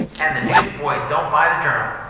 and the newsboys don't buy the journal.